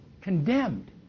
condemned